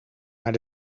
naar